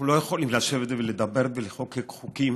אנחנו לא יכולים לשבת ולדבר ולחוקק חוקים